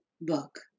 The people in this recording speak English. book